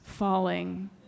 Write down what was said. falling